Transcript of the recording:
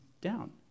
down